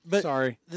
Sorry